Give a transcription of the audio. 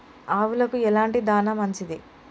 ఆవులకు ఎలాంటి దాణా మంచిది?